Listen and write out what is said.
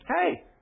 Hey